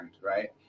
right